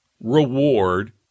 reward